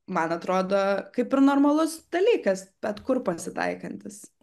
man atrodo kaip ir normalus dalykas bet kur pasitaikantis